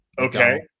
okay